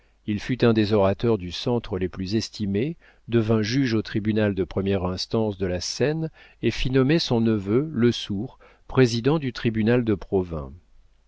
il fut un des orateurs du centre les plus estimés devint juge au tribunal de première instance de la seine et fit nommer son neveu lesourd président du tribunal de provins